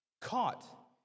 caught